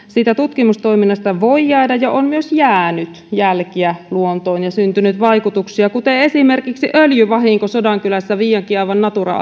siitä tutkimustoiminnasta voi jäädä ja on myös jäänyt jälkiä luontoon ja syntynyt vaikutuksia kuten esimerkiksi sodankylässä viiankiaavan natura